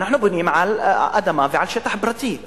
אנחנו בונים על אדמה ועל שטח פרטי,